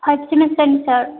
five सेमिस्टारनि सार